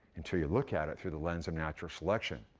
until you look at it through the lens of natural selection.